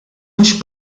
mhux